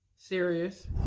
serious